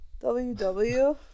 W-W